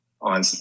On